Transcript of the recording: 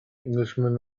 englishman